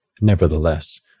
Nevertheless